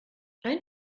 ein